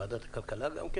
ועדת הכלכלה גם כן